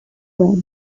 web